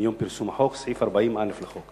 מיום פרסום החוק, סעיף 40(א) לחוק.